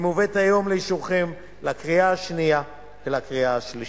והיא מובאת היום לאישורכם בקריאה השנייה ובקריאה השלישית.